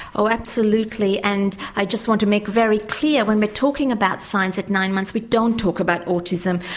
oh absolutely, and i just want to make very clear when we're talking about signs at nine months, we don't talk about autism,